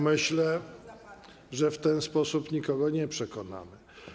Myślę, że w ten sposób nikogo nie przekonamy.